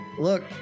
Look